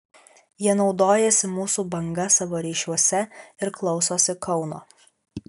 jie naudojasi mūsų banga savo ryšiuose ir klausosi kauno